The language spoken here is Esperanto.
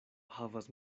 havas